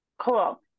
Cool